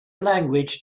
language